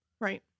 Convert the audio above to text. Right